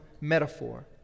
metaphor